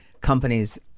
companies